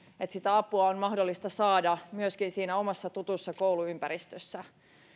että sitä apua on mahdollista saada myöskin siinä omassa tutussa kouluympäristössä